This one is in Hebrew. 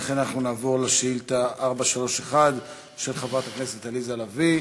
ולכן אנחנו נעבור לשאילתה מס' 431 של חברת הכנסת עליזה לביא.